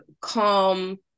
Calm